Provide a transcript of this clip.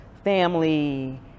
family